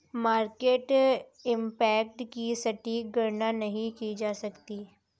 market impact की सटीक गणना नहीं की जा सकती